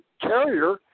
carrier